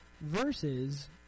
Versus